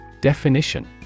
Definition